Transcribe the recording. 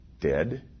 dead